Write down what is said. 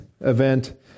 event